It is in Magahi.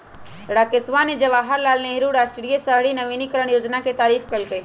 राकेशवा ने जवाहर लाल नेहरू राष्ट्रीय शहरी नवीकरण योजना के तारीफ कईलय